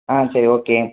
ஆ சரி ஓகே